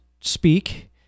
speak